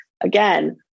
Again